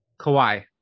Kawhi